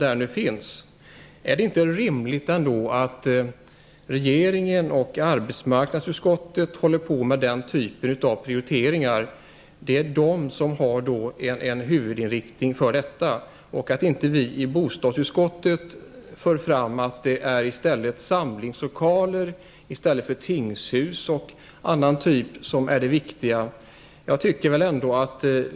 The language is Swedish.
Är det inte rimligt att regeringen och arbetsmarknadsutskottet ägnar sig åt det slaget av prioriteringar? Det är de som anger huvudinriktningen. Vi i bostadsutskottet skall inte föra fram att det är samlingslokaler i stället för tingshus och andra slag av hus som är viktiga.